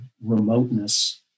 remoteness